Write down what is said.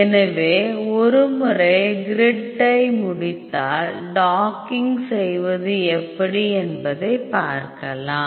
எனவே ஒரு முறை கிரிட்டை முடித்தால் டாக்கிங் செய்வது எப்படி என்பதை பார்க்கலாம்